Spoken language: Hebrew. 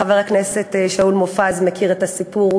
חבר הכנסת שאול מופז מכיר את הסיפור,